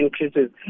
increases